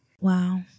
Wow